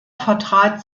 vertrat